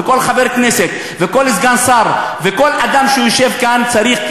וכל חבר כנסת וכל סגן שר וכל אדם שיושב כאן צריך,